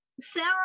Sarah